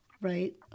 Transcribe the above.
right